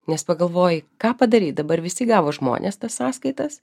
nes pagalvoji ką padarei dabar visi gavo žmonės tas sąskaitas